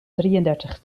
drieëndertig